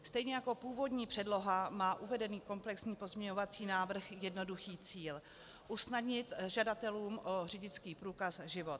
Stejně jako původní předloha má uvedený komplexní pozměňovací návrh jednoduchý cíl usnadnit žadatelům o řidičský průkaz život.